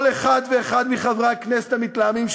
כל אחד ואחד מחברי הכנסת המתלהמים של